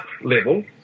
level